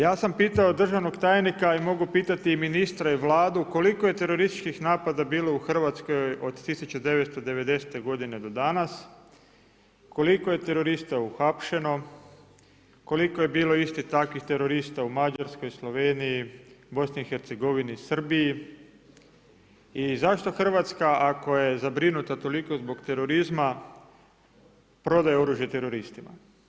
Ja sam pitao državnog tajnika i mogu pitati ministra i Vladu koliko je terorističkih napada bilo u Hrvatskoj od 1990. godine do danas, koliko je terorista uhapšeno, koliko je bilo istih takvih terorista u Mađarskoj, Sloveniji, BiH, Srbiji i zašto Hrvatska ako je zabrinuta toliko zbog terorizma prodaje oružje teroristima?